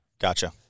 Gotcha